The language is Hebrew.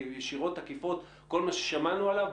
ישירות או עקיפות וכל מה ששמענו עליו,